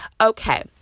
Okay